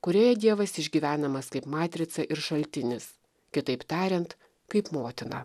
kurioje dievas išgyvenamas kaip matrica ir šaltinis kitaip tariant kaip motina